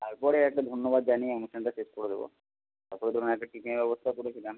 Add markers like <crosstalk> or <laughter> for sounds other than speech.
তারপরে একটা ধন্যবাদ জানিয়ে অনুষ্ঠানটা শেষ করে দেবো আপাতত <unintelligible> একটা টিফিনের ব্যবস্থাও করেছিলাম